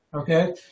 okay